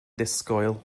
disgwyl